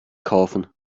kaufen